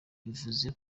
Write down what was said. bivuze